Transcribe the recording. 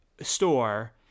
store